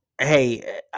hey